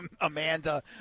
Amanda